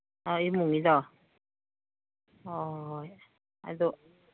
ꯑꯥ ꯑꯣ ꯑꯗꯨ